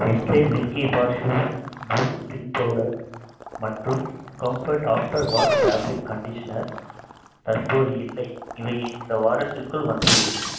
Nestle Milkybar சூ Boost drink powder மற்றும் Comfort after wash fabric conditioner தற்போது இல்லை இவை இந்த வாரத்திற்குள் வந்துவிடும்